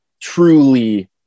truly